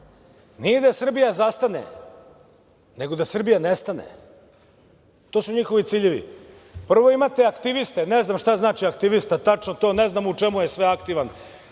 nije da Srbija zastane, nego da Srbija nestane to su njihovi ciljevi. Prvo, imate aktiviste ne znam šta znači aktivista tačno to ne znam u čemu je sve aktivan